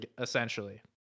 essentially